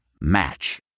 Match